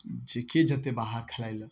जे के जेतै बाहर खेलाइ लऽ